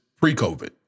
pre-COVID